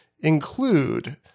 include